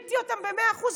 גיביתי אותם במאה אחוז,